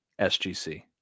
SGC